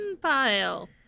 pile